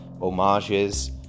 homages